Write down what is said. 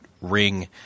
ring